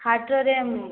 ହାଟରେ